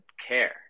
care